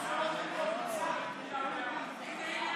תן לה